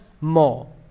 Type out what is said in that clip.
more